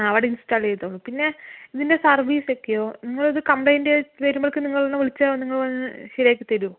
ആ അവിടെ ഇൻസ്റ്റാൾ ചെയ്തോളൂ പിന്നെ സർവീസ് ഒക്കെയോ നിങ്ങൾ ഇത് കംപ്ലയിൻറ്റ് വൈസ് വരുമ്പോൾ നിങ്ങളെ വന്ന് വിളിച്ചാൽ നിങ്ങൾ വന്ന് ശരിയാക്കി തരുമോ